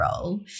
role